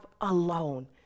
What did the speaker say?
alone